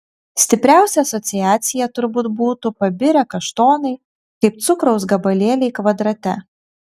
stipriausia asociacija turbūt būtų pabirę kaštonai kaip cukraus gabalėliai kvadrate